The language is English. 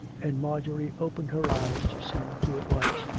and marjorie opened her eyes to see who it was.